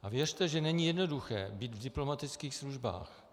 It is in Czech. A věřte, že není jednoduché být v diplomatických službách.